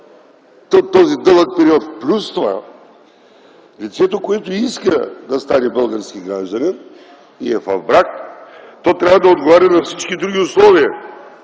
този дълъг период. Плюс това лицето, което иска да стане български гражданин и е в брак, то трябва да отговаря на всички други условия